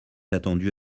attendu